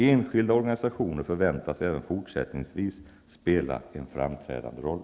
Enskilda organisationer förväntas även fortsättningsvis spela en framträdande roll.